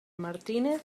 martínez